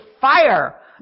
fire